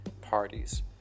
parties